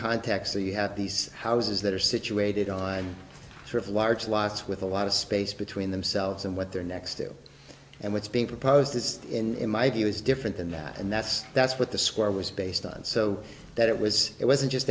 contacts so you have these houses that are situated on of large lots with a lot of space between themselves and what their necks do and what's being proposed is in my view is different than that and that's that's what the score was based on so that it was it wasn't just